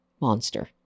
monster